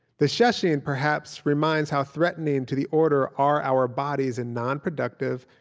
the shushing, and perhaps, reminds how threatening to the order are our bodies in nonproductive,